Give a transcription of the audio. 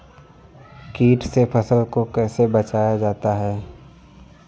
कीट से फसल को कैसे बचाया जाता हैं?